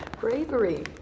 bravery